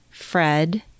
Fred